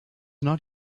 not